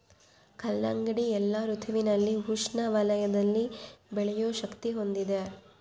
ಕಲ್ಲಂಗಡಿ ಎಲ್ಲಾ ಋತುವಿನಲ್ಲಿ ಉಷ್ಣ ವಲಯದಲ್ಲಿ ಬೆಳೆಯೋ ಶಕ್ತಿ ಹೊಂದಿದೆ